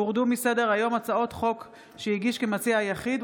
הורדו מסדר-היום הצעות חוק שהגיש כמציע יחיד,